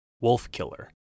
wolf-killer